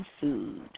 food